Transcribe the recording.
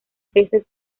peces